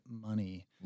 money